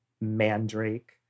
mandrake